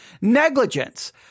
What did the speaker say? Negligence